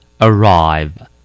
arrive